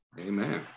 Amen